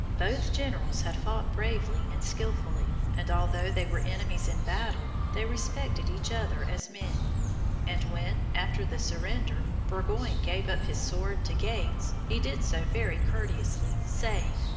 both generals had fought bravely and skilfully and although they were enemies in battle, they respected each other as men and when, after the surrender, burgoyne gave up his sword to gates, he did so very courteously, saying,